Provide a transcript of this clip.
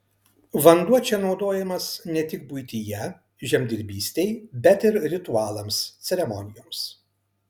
vanduo čia naudojamas ne tik buityje žemdirbystei bet ir ritualams ceremonijoms